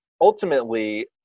ultimately